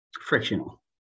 frictional